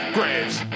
Graves